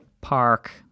park